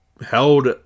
held